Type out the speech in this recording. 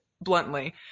bluntly